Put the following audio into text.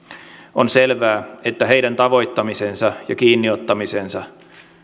on selvää että heidän tavoittamisensa ja kiinni ottamisensa